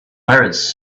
pirates